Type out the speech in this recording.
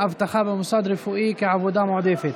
אבטחה במוסד רפואי כעבודה מועדפת).